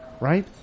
Right